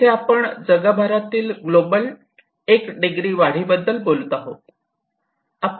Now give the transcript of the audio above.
येथे आपण जगभरातील ग्लोबलच्या एक डिग्री वाढीबद्दल बोलत आहोत